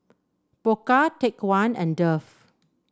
Pokka Take One and Dove